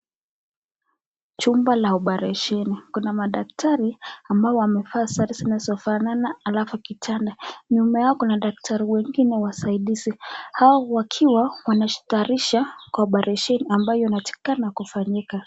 Chumba cha operesheni, kuna madaktari ambao wamevaa sare zinazofanana alafu kijana, nyuma yao kuna daktari wengine wasaidizi, hao wakiwa wanatayarisha opereshwni ambayo inatakikana kufanyika.